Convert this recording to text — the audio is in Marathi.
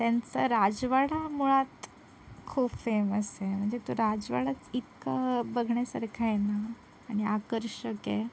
त्यांचा राजवाडा मुळात खूप फेमस आहे म्हणजे तो राजवाडाच इतका बघण्यासारखा आहे ना आणि आकर्षक आहे